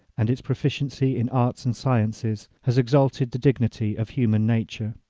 and its proficiency in arts and sciences, has exalted the dignity of human nature.